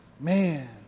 Man